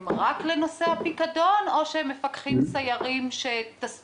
הם רק לנושא הפיקדון או שהם מפקחים סיירים שעוסקים בנושאים אחרים?